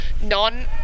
non